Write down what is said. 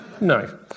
No